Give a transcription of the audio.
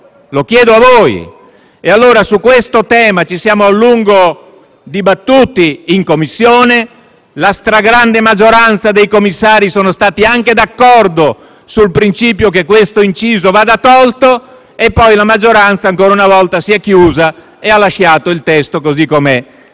Lo chiedo a voi. Su questo tema abbiamo a lungo dibattuto in Commissione e la stragrande maggioranza dei commissari è stata anche d'accordo sul principio che questo inciso vada tolto e poi la maggioranza ancora una volta si è chiusa e ha lasciato il testo così com'è.